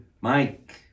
Mike